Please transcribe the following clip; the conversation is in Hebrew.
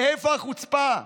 מאיפה החוצפה?